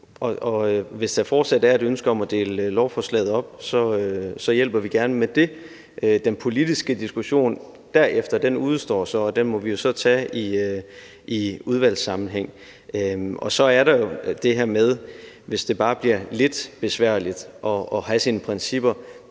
hvis der fortsat er et ønske om at dele lovforslaget op, hjælper vi gerne med det. Den politiske diskussion derefter udestår så, og den må vi jo så tage i udvalgssammenhæng. Og så er der jo det her med, at det bare bliver lidt besværligt at have sine principper.